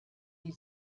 die